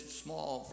small